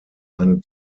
eine